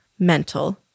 mental